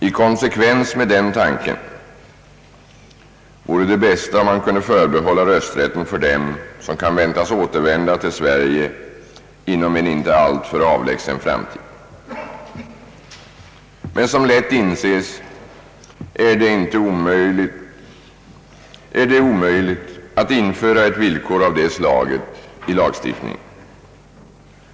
I konsekvens med denna tanke vore det bästa om man kunde förbehålla rösträtten för dem som kan väntas återvända till Sverige inom en inte alltför avlägsen framtid. Som lätt inses är det emellertid omöjligt att införa ett villkor av detta slag i lagstiftningen.